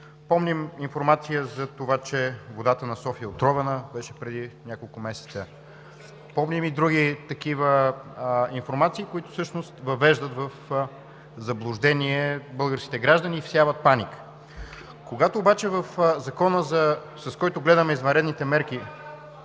Помним информация за това, че водата на София е отровена – беше преди няколко месеца, помним и други такива информации, които всъщност въвеждат в заблуждение българските граждани и всяват паника. Когато гледаме Закона за извънредните мерки